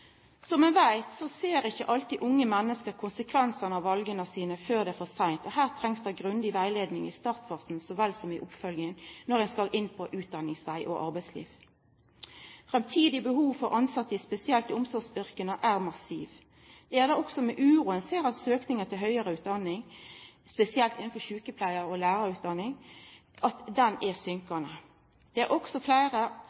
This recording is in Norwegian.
Som me veit, ser ikkje alltid unge menneske konsekvensane av vala sine før det er for seint. Her trengst det grundig rettleiing i startfasen så vel som i oppfølginga når dei skal inn på utdanningsveg og i arbeidsliv. Framtidig behov for tilsette, spesielt i omsorgsyrka, er massivt. Det er då òg med uro ein ser at søkninga til høgre utdanning, spesielt innan sjukepleiar- og lærarutdanninga, er dalande. Det er